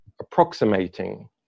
approximating